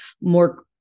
more